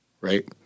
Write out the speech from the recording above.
right